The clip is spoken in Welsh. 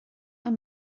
ond